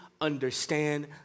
understand